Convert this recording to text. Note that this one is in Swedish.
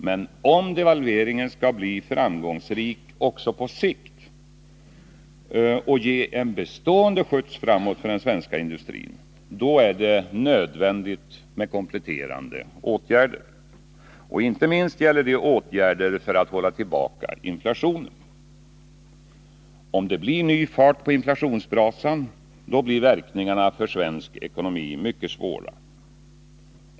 Men om devalveringen skall bli framgångsrik också på längre sikt och ge en bestående skjuts framåt för den svenska industrin, då är det nödvändigt med kompletterande åtgärder. Inte minst gäller det åtgärder för att hålla tillbaka inflationen. Om det blir ny fart på inflationsbrasan, blir verkningarna för svensk ekonomi mycket svåra.